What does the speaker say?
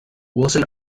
wilson